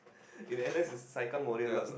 in N_S it's the saikang warrior lah